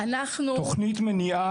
תוכנית מניעה,